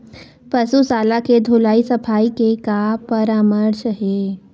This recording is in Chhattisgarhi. पशु शाला के धुलाई सफाई के का परामर्श हे?